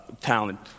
talent